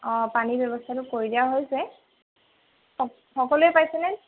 অ পানীৰ ব্যৱস্থাটো কৰি দিয়া হৈছে সকলোৱে পাইছেনে